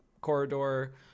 corridor